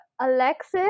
Alexis